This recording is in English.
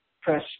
press